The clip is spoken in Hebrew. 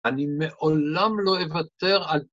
‫אני מעולם לא אוותר על...